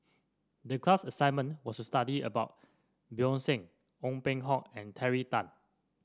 the class assignment was to study about Bjorn Shen Ong Peng Hock and Terry Tan